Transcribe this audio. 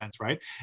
right